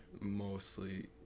mostly